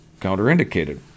counterindicated